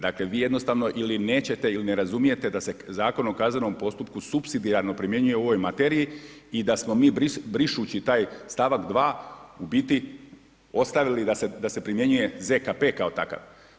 Dakle vi jednostavno ili nećete ili ne razumijete da se Zakon o kaznenom postupku supsidijarno primjenjuje u ovoj materiji i da smo mi brišući taj stavak 2. u biti ostavili da se primjenjuje ZKP kao takav.